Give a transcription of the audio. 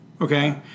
Okay